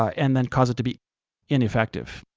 and then cause it to be ineffective.